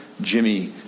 Jimmy